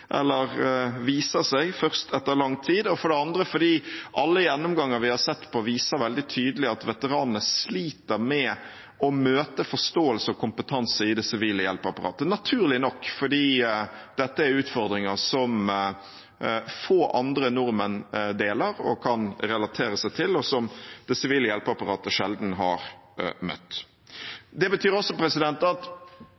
eller viser seg først etter lang tid. For det andre viser alle gjennomganger vi har sett på, veldig tydelig at veteranene sliter med å møte forståelse og kompetanse i det sivile hjelpeapparatet – naturlig nok, fordi dette er utfordringer som få andre nordmenn deler og kan relatere seg til, og som det sivile hjelpeapparatet sjelden har møtt.